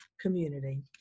community